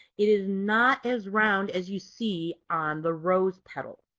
it is not as round as you see on the rose petal.